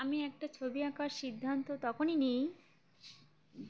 আমি একটা ছবি আঁকার সিদ্ধান্ত তখনই নিই